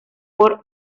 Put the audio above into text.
por